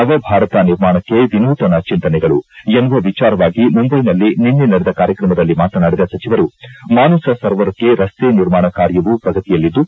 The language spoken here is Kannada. ನವಭಾರತ ನಿರ್ಮಾಣಕ್ಕೆ ವಿನೂತನ ಚಿಂತನೆಗಳು ಎನ್ನುವ ವಿಚಾರವಾಗಿ ಮುಂಬೈನಲ್ಲಿ ನಿನ್ನೆ ನಡೆದ ಕಾರ್ಯಕ್ರಮದಲ್ಲಿ ಮಾತನಾಡಿದ ಸಚಿವರು ಮಾನಸ ಸರೋವರಕ್ಕೆ ರಸ್ತೆ ನಿರ್ಮಾಣ ಕಾರ್ಯವೂ ಪ್ರಗತಿಯಲ್ಲಿದ್ದು